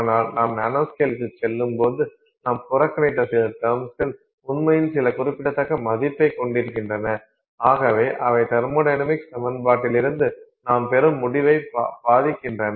ஆனால் நாம் நானோஸ்கேலுக்குச் செல்லும்போது நாம் புறக்கணித்த சில டெர்ம்ஸ்கள் உண்மையில் சில குறிப்பிடத்தக்க மதிப்பைக் கொண்டிருக்கின்றன ஆகவே அவை தெர்மொடைனமிக்ஸ் சமன்பாட்டிலிருந்து நாம் பெறும் முடிவைப் பாதிக்கின்றன